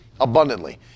abundantly